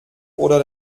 oder